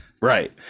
Right